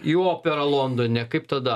į operą londone kaip tada